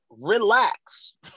relax